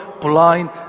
blind